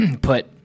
put